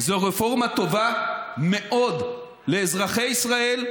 זו רפורמה טובה מאוד לאזרחי ישראל,